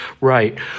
right